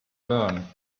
learn